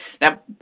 Now